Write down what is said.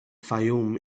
fayoum